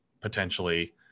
potentially